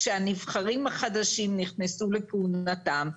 כשהנבחרים החדשים נכנסו לכהונתם,